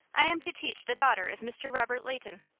i am to teach the daughter of mr. robert leighton.